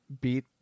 beat